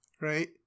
right